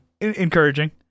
encouraging